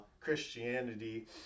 christianity